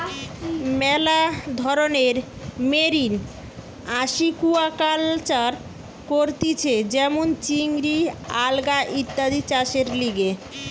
মেলা ধরণের marine aquaculture করতিছে যেমন চিংড়ি, আলগা ইত্যাদি চাষের লিগে